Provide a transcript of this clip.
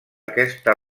aquesta